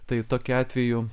tai tokiu atveju